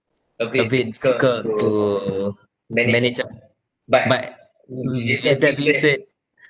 a bit difficult to manage ah but